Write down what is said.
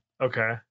Okay